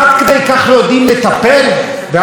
שהם עוקפים את מרצ משמאל,